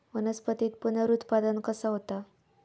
वनस्पतीत पुनरुत्पादन कसा होता?